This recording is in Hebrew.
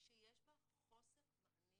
שיש בה חוסר מענים